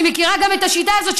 אני מכירה גם את השיטה הזאת,